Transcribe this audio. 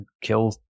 kill